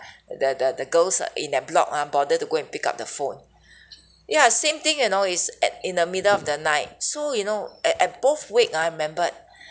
the the the girls in that block ah bother to go and pick up the phone ya same thing you know it's at in the middle of the night so you know at at both wake ah I remembered